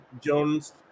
Jones